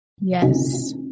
Yes